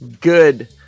good